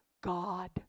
god